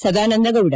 Sadananda Gowda